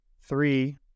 Three